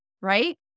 right